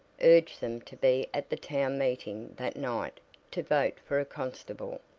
urged them to be at the town meeting that night to vote for a constable,